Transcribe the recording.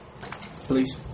Please